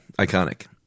Iconic